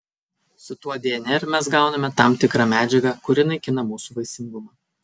su tuo dnr mes gauname tam tikrą medžiagą kuri naikina mūsų vaisingumą